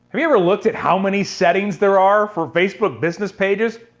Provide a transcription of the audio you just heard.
have you ever looked at how many settings there are for facebook business pages?